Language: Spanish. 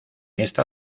esta